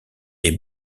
est